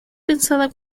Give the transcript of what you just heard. pensada